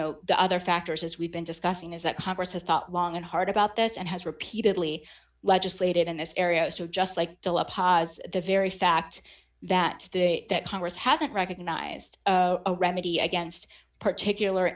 know the other factors as we've been discussing is that congress has thought long and hard about this and has repeatedly legislated in this area so just like the very fact that congress hasn't recognized a remedy against particular